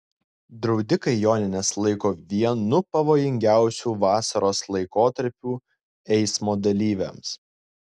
draudikai jonines laiko vienu pavojingiausių vasaros laikotarpių eismo dalyviams